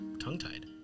tongue-tied